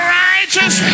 righteous